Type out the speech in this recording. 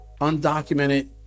undocumented